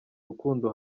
rukundo